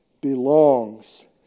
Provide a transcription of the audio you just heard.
belongs